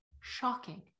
shocking